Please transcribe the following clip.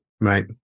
Right